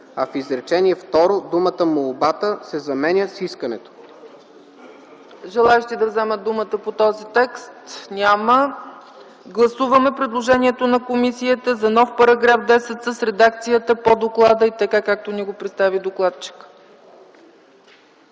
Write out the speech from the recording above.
а в изречение второ думата „молбата” се заменя с „искането”.”